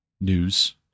news